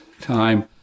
time